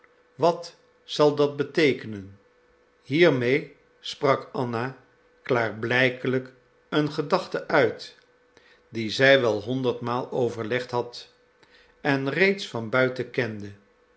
wat zal dat beteekenen hiermee sprak anna klaarblijkelijk een gedachte uit die zij wel honderdmaal overlegd had en reeds van buiten kende